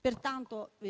proposta in Aula sarà invece accolta. Pertanto,